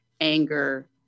anger